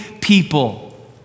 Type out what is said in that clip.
people